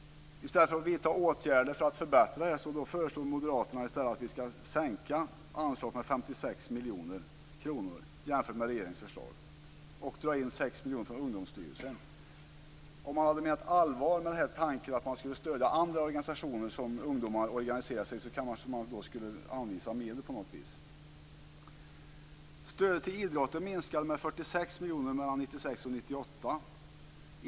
I stället för att vidta åtgärder för att förbättra detta förhållande föreslår moderaterna att vi skall sänka anslaget med 56 miljoner kronor jämfört med regeringens förslag och dra in 6 miljoner från Ungdomsstyrelsen. Om man hade menat allvar med tanken att stödja andra organisationer som ungdomar organiserar sig i skulle man kanske anvisa medel på något vis. Stödet till idrotten minskade med 46 miljoner mellan 1996 och 1998.